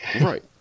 Right